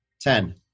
ten